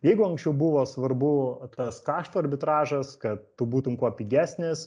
jeigu anksčiau buvo svarbu tas kašto arbitražas kad tu būtum kuo pigesnis